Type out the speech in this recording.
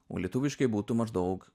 o lietuviškai būtų maždaug